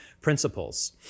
principles